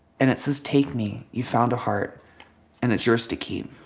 and it says, take me. you found a heart and it's yours to keep.